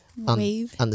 wave